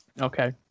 Okay